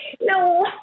No